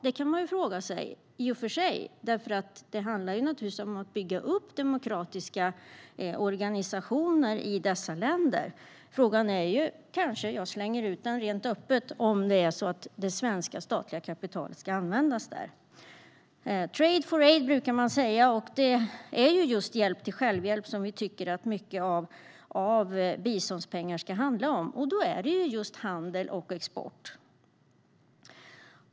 Det handlar naturligtvis om att bygga upp demokratiska organisationer i dessa länder. Frågan är - och jag slänger ut den helt öppet - om det svenska statliga kapitalet ska användas där. Trade for aid, brukar man säga. Det är just hjälp till självhjälp som vi tycker att mycket av biståndspengar ska handla om, och då handlar det om just handel och export.